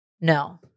no